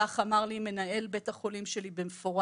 כך אמר לי מנהל בית החולים שלי במפורש,